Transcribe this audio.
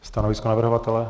Stanovisko navrhovatele?